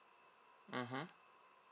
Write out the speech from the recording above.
mmhmm